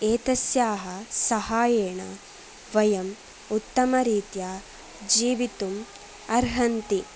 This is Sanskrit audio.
एतस्याः सहायेन वयम् उत्तमरीत्या जीवितुम् अर्हन्ति